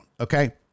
okay